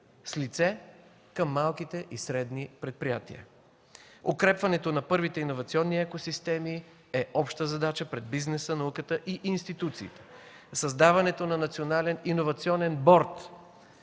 с лице към малките и средни предприятия. Укрепването на първите иновационни екосистеми е обща задача пред бизнеса, науката и институциите. Създаването на Национален иновационен борд,